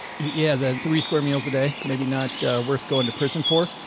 yeah. the three square meals a day. maybe not worth going to prison for.